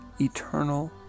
eternal